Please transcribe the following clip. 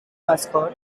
mascot